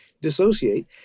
dissociate